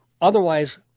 Otherwise